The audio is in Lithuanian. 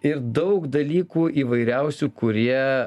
ir daug dalykų įvairiausių kurie